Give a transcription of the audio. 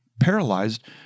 paralyzed